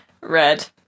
red